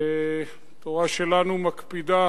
התורה שלנו מקפידה